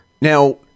Now